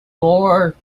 more